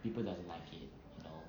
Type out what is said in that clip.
people doesn't like it you know